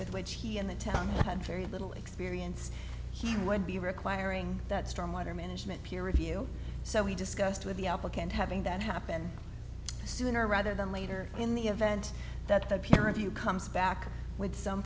with which he and the town had very little experience he would be requiring that strong water management peer review so we discussed with the applicant having that happen sooner rather than later in the event that the peer review comes back with some